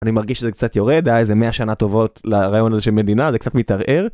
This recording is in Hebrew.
אני מרגיש שזה קצת יורד, היה איזה 100 שנה טובות לרעיון הזה של מדינה, זה קצת מתערער.